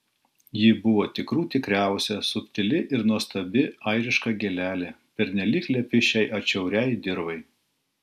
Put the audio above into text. ji buvo tikrų tikriausia subtili ir nuostabi airiška gėlelė pernelyg lepi šiai atšiauriai dirvai